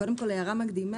קודם כול, הערה מקדימה: